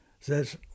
says